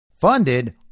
funded